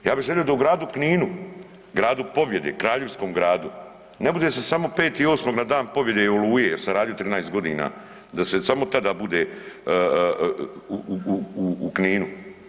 Ja bi želio da u gradu Kninu, gradu pobjede, kraljevskom gradu ne bude se samo 5.8. na Dan pobjede Oluje jer sam radio 13 godina, da se samo tada bude u Kninu.